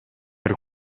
per